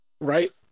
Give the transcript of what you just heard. Right